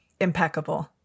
impeccable